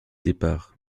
départ